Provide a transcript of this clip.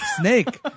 Snake